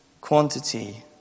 quantity